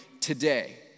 today